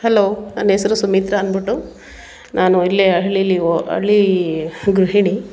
hello ನನ್ನ ಹೆಸರು ಸುಮಿತ್ರ ಅಂದ್ಬಿಟ್ಟು ನಾನು ಇಲ್ಲೇ ಹಳ್ಳೀಲಿ ಓ ಹಳ್ಳಿ ಗೃಹಿಣಿ